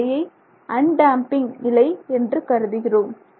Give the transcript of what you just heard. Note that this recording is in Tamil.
இந்நிலையை அண்டேம்பிங் நிலை என்று கருதுகிறோம்